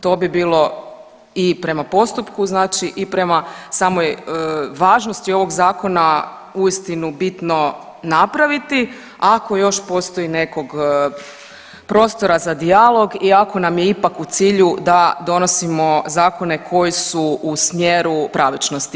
To bi bilo i prema postupku znači i prema samoj važnosti ovog Zakona uistinu bitno napraviti, ako još postoji nekog prostora za dijalog iako nam je ipak u cilju da donosimo zakone koji su u smjeru pravičnosti.